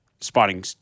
spotting